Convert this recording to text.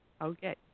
Okay